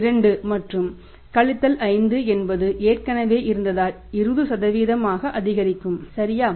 2 மற்றும் கழித்தல் 5 என்பது ஏற்கனவே இருந்ததால் 20 ஆக அதிகரிக்கும் சரியா